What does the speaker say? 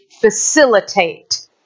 facilitate